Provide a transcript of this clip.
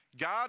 God